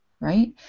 right